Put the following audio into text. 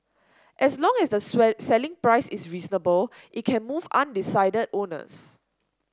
as long as the selling price is reasonable it can move undecided owners